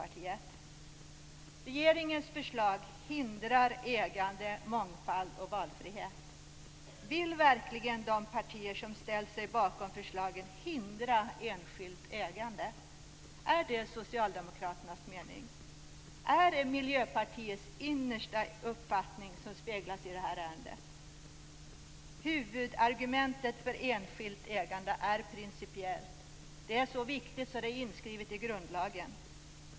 Regeringens förslag hindrar ägande, mångfald och valfrihet. Vill verkligen de partier som har ställt sig bakom förslaget hindra enskilt ägande? Är det Socialdemokraternas mening? Är det Miljöpartiets innersta uppfattning som speglas i detta ärende? Huvudargumentet för enskilt ägande är principiellt. Det är så viktigt att det är inskrivet i grundlagen.